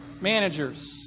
managers